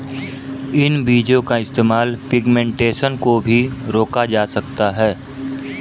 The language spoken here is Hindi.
इन बीजो का इस्तेमाल पिग्मेंटेशन को भी रोका जा सकता है